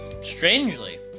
Strangely